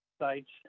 sites